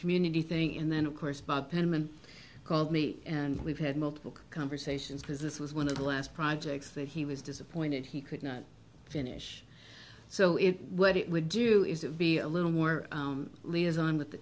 community thing and then of course bob pittman called me and we've had multiple conversations business was one of the last projects that he was disappointed he could not finish so if what it would do is it be a little more liaison with the